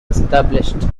established